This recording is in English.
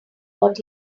what